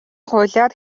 хуулиар